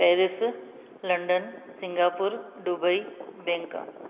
Paris London Singapore Dubai Bangkok